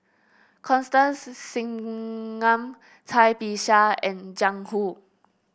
Constance Singam Cai Bixia and Jiang Hu